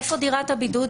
היכן דירת הבידוד,